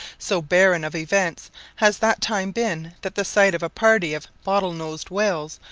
so barren of events has that time been that the sight of a party of bottle-nosed whales,